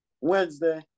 Wednesday